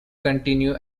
continue